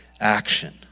action